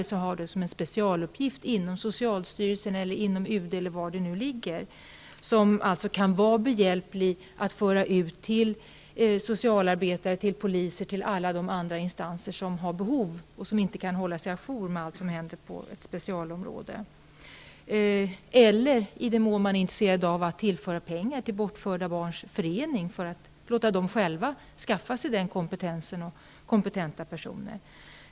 Kanske kan det bli en specialuppgift för vissa personer inom t.ex. socialstyrelsen eller UD, som kan vara behjälpliga med att föra ut information till socialarbetare, till poliser och till alla de andra instanser som har behov av det men som inte kan hålla sig à jour med allt som händer inom detta specialområde. En annan möjlighet är att tillföra pengar till Bortrövade barns förening, för att låta dem som är verksamma inom föreningen själva skaffa sig den kompensen och ta kontakt med kompetenta personer.